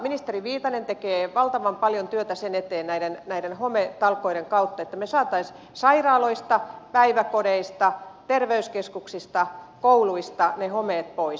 ministeri viitanen tekee valtavan paljon työtä näiden hometalkoiden kautta sen eteen että me saisimme sairaaloista päiväkodeista terveyskeskuksista kouluista ne homeet pois